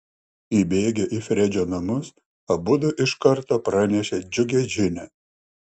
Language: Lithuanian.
įbėgę į fredžio namus abudu iš karto pranešė džiugią žinią